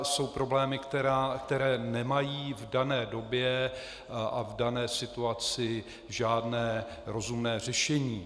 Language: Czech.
Jsou problémy, které nemají v dané době a v dané situaci žádné rozumné řešení.